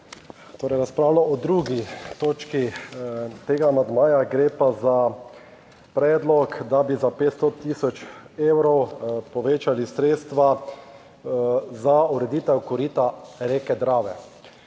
torej razpravljal o 2. točki tega amandmaja, gre pa za predlog, da bi za 500 tisoč evrov povečali sredstva za ureditev korita reke Drave.